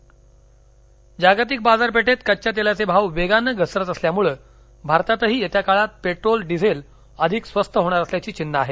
इंधन जागतिक बाजारपेठेत कझ्या तेलाचे भाव वेगानं घसरत असल्यामुळे भारतातही येत्या काळात पेट्रोल डिझेल अधिक स्वस्त होणार असल्याची चिन्हं आहेत